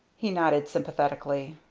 he nodded sympathetically.